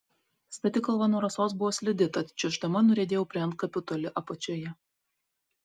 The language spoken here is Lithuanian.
stati kalva nuo rasos buvo slidi tad čiuoždama nuriedėjau prie antkapių toli apačioje